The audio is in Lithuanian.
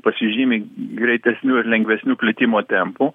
pasižymi greitesniu ir lengvesniu plitimo tempu